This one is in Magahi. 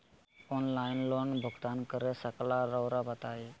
ऑनलाइन लोन भुगतान कर सकेला राउआ बताई?